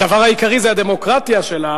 הדבר העיקרי זה הדמוקרטיה שלה,